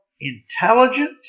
intelligent